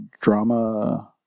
drama